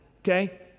okay